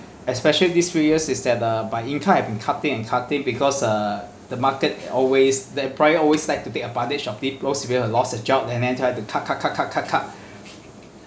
especially these few years is that the my income has been cutting and cutting because uh the market always the employer always like to take advantage of deep loss and people who have lost a job and then try to cut cut cut cut cut cut